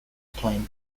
plain